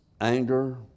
anger